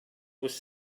was